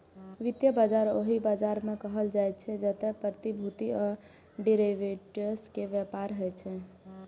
वित्तीय बाजार ओहि बाजार कें कहल जाइ छै, जतय प्रतिभूति आ डिरेवेटिव्स के व्यापार होइ छै